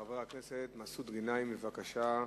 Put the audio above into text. חבר הכנסת מסעוד גנאים, בבקשה.